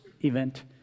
event